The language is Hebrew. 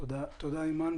תודה, אימאן.